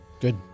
Good